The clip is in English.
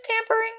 tampering